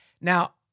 Now